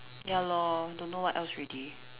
ya lor don't know what else already